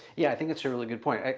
yeah. i think it's a really good point,